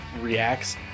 reacts